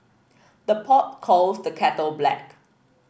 the pot calls the kettle black